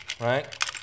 right